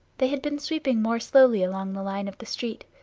they had been sweeping more slowly along the line of the street.